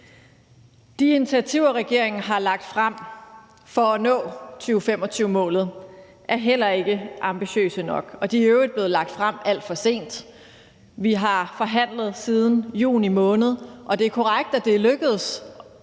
De initiativer, regeringen har lagt frem for at nå 2025-målet, er heller ikke ambitiøse nok, og de er i øvrigt blevet lagt frem alt for sent. Vi har forhandlet siden juni måned, og det er korrekt, at det lykkedes